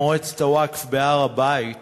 מועצת הווקף בהר-הבית